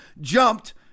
Jumped